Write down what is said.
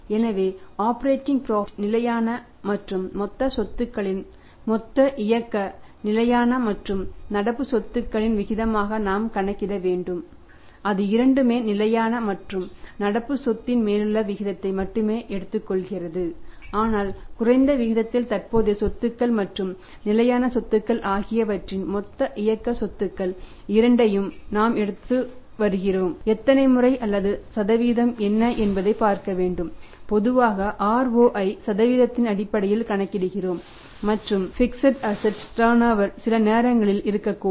எனவே operating profit சில நேரங்களில் இருக்கக்கூடும்